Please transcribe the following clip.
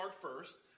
first